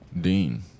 Dean